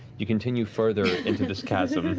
you continue further into this chasm.